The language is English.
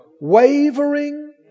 Wavering